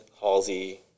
Halsey